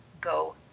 go